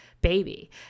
baby